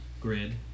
grid